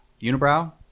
Unibrow